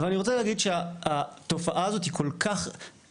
אבל, אני רוצה להגיד שהתופעה הזאת היא כל כך קלה.